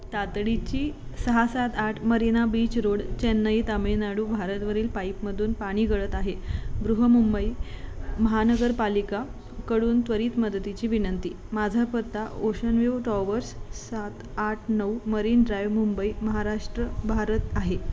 तातडीची सहा सात आठ मरीना बीच रोड चेन्नई तामिळनाडू भारतवरील पाईपमधून पाणी गळत आहे बृहन्मुंबई महानगरपालिकेकडून त्वरित मदतीची विनंती माझा पत्ता ओशनव्यू टॉवर्स सात आठ नऊ मरीन ड्राईव्ह मुंबई महाराष्ट्र भारत आहे